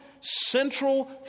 central